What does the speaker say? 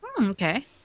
Okay